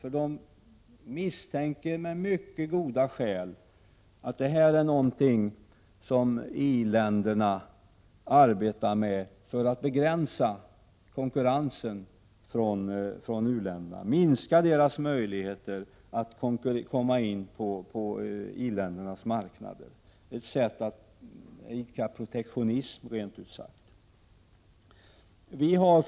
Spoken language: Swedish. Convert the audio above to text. Man misstänker nämligen — och det har man mycket goda skäl att göra — att det här är någonting som i-länderna arbetar på för att begränsa konkurrensen från u-länderna, att det här är någonting som minskar u-ländernas möjligheter att komma in på i-ländernas marknader, ja, rent ut sagt att det skulle vara ett sätt att idka protektionism.